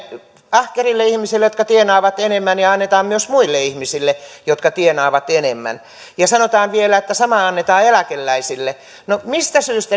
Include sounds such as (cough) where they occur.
ahkerille ihmisille jotka tienaavat enemmän ja annetaan myös muille ihmisille jotka tienaavat enemmän ja sanotaan vielä että sama annetaan eläkeläisille no mistä syystä (unintelligible)